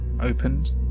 opened